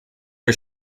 are